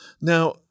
Now